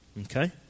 Okay